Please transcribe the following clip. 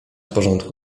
porządku